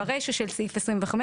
ברישא של סעיף 25,